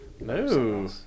No